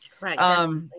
right